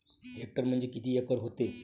Hectare म्हणजे किती acre व्हते?